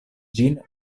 ĝin